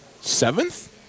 seventh